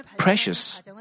Precious